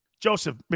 Joseph